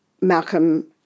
Malcolm